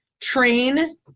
train